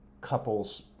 couples